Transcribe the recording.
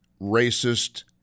racist